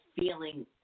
feeling